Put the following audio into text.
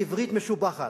בעברית משובחת,